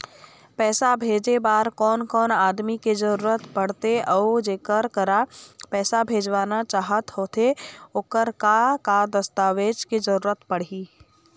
पैसा भेजे बार कोन कोन आदमी के जरूरत पड़ते अऊ जेकर करा पैसा भेजवाना चाहत होथे ओकर का का दस्तावेज के जरूरत पड़ही?